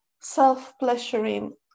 self-pleasuring